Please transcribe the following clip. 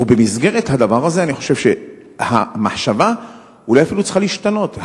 ובמסגרת הדבר הזה אני חושב שהמחשבה אולי אפילו צריכה להשתנות.